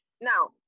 Now